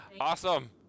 Awesome